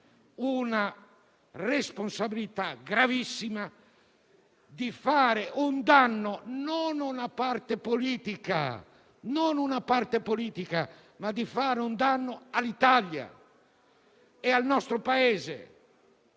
la responsabilità gravissima di fare un danno non a una parte politica, ma all'Italia, al nostro Paese.